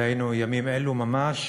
דהיינו ימים אלו ממש,